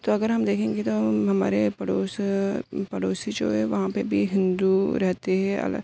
تو اگر ہم دیکھیں گے تو ہمارے پڑوس پڑوسی جو ہے وہاں پہ بھی ہندو رہتے ہیں الگ